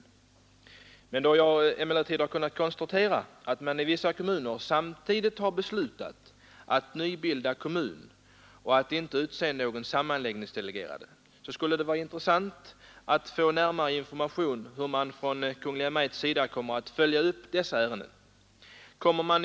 Nr 143 Då jag emellertid har kunnat konstatera att man i vissa kommuner Torsdagen den samtidigt har beslutat att nybilda kommun och att inte utse några 14 december 1972 sammanläggningsdelegerade, skulle det vara intressant att få närmare information om hur man från Kungl. Maj:ts sida kommer att följa upp Ang. förberedelserdessa ärenden.